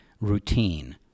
routine